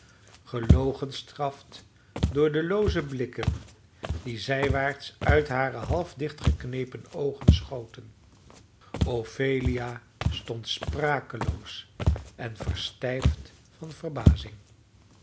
gelogenstraft door de looze blikken die zijwaarts uit hare half dichtgeknepen oogen schoten ophelia stond sprakeloos en verstijfd van verbazing